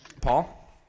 Paul